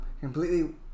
completely